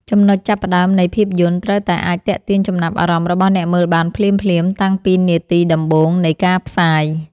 ចំណុចចាប់ផ្ដើមនៃភាពយន្តត្រូវតែអាចទាក់ទាញចំណាប់អារម្មណ៍របស់អ្នកមើលបានភ្លាមៗតាំងពីនាទីដំបូងនៃការផ្សាយ។